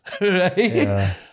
right